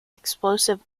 explosive